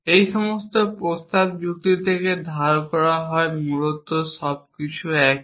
এই সমস্ত প্রস্তাব যুক্তি থেকে ধার করা হয় মূলত সবকিছু একই